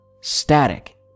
static